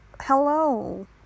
hello